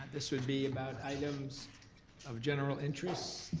this would be about items of general interest,